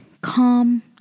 calm